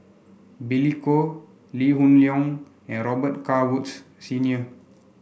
Billy Koh Lee Hoon Leong and Robet Carr Woods Senior